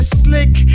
slick